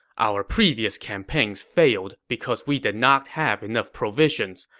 our previous campaigns failed because we did not have enough provisions.